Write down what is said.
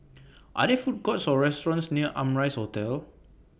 Are There Food Courts Or restaurants near Amrise Hotel